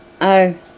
Oh